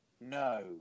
no